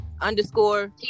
Underscore